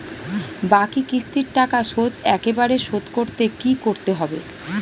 বাকি কিস্তির টাকা শোধ একবারে শোধ করতে কি করতে হবে?